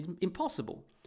impossible